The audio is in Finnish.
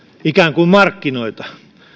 ikään kuin markkinoita